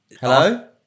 Hello